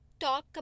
talk